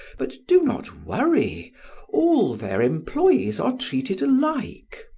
but do not worry all their employees are treated alike.